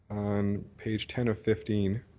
um page ten of fifteen,